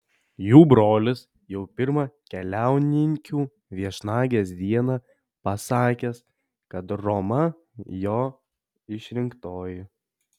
jų brolis jau pirmą keliauninkių viešnagės dieną pasakęs kad roma jo išrinktoji